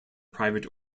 private